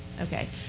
Okay